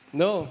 no